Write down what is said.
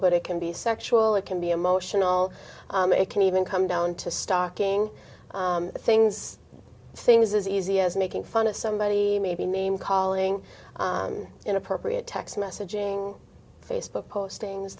but it can be sexual it can be emotional it can even come down to stocking things things as easy as making fun of somebody maybe name calling inappropriate text messaging facebook postings